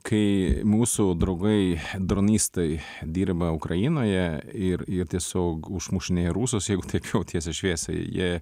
kai mūsų draugai dronistai dirba ukrainoje ir ir tiesiog užmušinėja rusus jeigu teip jau tiesiai šviesiai jie